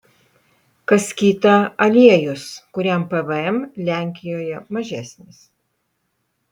kas kita aliejus kuriam pvm lenkijoje mažesnis